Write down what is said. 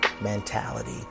mentality